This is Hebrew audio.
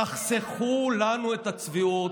תחסכו לנו את הצביעות.